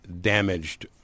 damaged